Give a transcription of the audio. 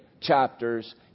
chapters